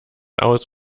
aus